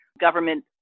government